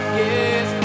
yes